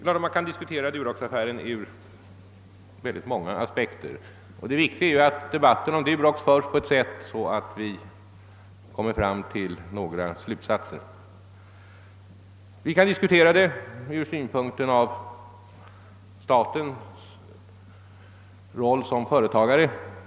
Man kan divetvis diskutera Duroxaffären ur många olika aspekter, men det viktiga är ju att debatten leder fram till några slutsatser. Vi kan i detta sammanhang diskutera statens roll som företagare.